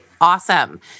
awesome